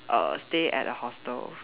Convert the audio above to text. err stay at a hostel